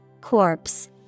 Corpse